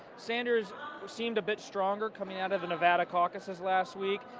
sanders seemed a bit stronger coming out of nevada caucuses last week.